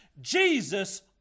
Jesus